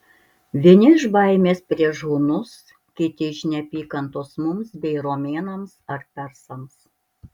vieni iš baimės prieš hunus kiti iš neapykantos mums bei romėnams ar persams